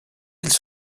îles